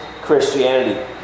Christianity